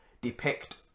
depict